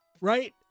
Right